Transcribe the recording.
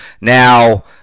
Now